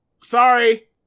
sorry